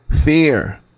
Fear